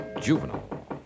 juvenile